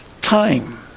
time